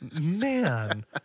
man